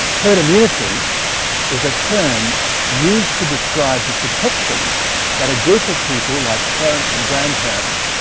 herd immunity is a term used to describe the protection that a group of people, like parents and grandparents,